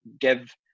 give